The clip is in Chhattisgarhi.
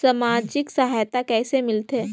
समाजिक सहायता कइसे मिलथे?